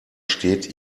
steht